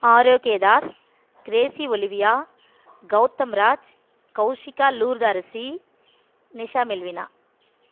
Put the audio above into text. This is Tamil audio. Arokiadas Gracy Olivia Gauthamraj Kaushika Lourdharasi Nisha Melvina